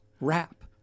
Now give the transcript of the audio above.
Rap